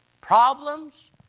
Problems